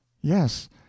Yes